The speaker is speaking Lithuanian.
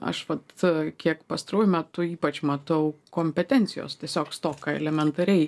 aš vat kiek pastaruoju metu ypač matau kompetencijos tiesiog stoką elementariai